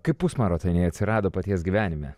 kaip pusmarotaniai atsirado paties gyvenime